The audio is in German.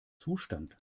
zustand